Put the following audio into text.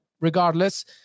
regardless